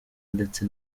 ndetse